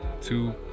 two